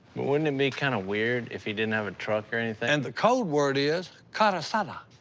but wouldn't it be kind of weird if you didn't have a truck or anything? and the code word is carasada.